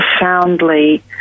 profoundly